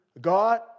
God